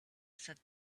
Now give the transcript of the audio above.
said